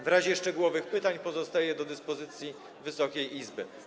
W razie szczegółowych pytań pozostaję do dyspozycji Wysokiej Izby.